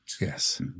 Yes